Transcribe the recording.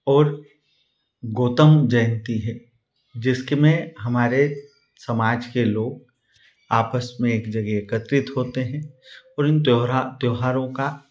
और गौतम जयंती है जिसके में हमारे समाज के लोग आपस में एक जगह एकत्रित होते हैं और इन त्योरहा त्योहारों का